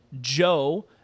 Joe